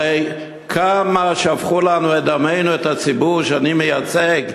הרי כמה שפכו את דמנו, של הציבור שאני מייצג?